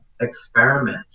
experiment